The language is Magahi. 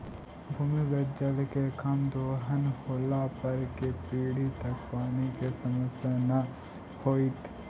भूमिगत जल के कम दोहन होला पर कै पीढ़ि तक पानी के समस्या न होतइ